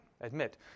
admit